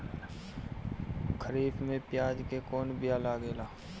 खरीफ में प्याज के कौन बीया लागेला?